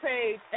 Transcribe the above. page